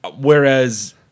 Whereas